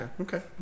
okay